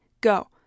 Go